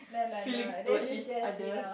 feelings towards each other